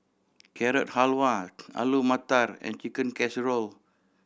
Carrot Halwa Alu Matar and Chicken Casserole